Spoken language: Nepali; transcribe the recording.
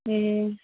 ए